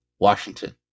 Washington